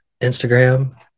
instagram